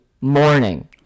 morning